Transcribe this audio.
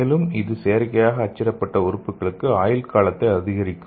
மேலும் இது செயற்கையாக அச்சிடப்பட்ட உறுப்புகளின் ஆயுட் காலத்தை அதிகரிக்கும்